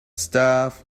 stuff